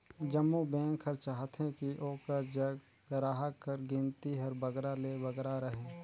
जम्मो बेंक हर चाहथे कि ओकर जग गराहक कर गिनती हर बगरा ले बगरा रहें